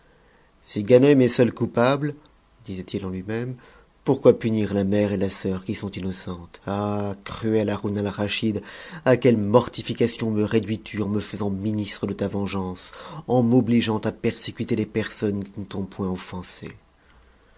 si ganem est seul coupable disait-il en lui-même pourquoi punir la mère et la sœur qui sont innocentes ah cruel haroun alraschid à quelle mortification me réduistu en me faisant ministre de ta vengeance en m'obligeant à persécuta des personnes qui ne t'ont point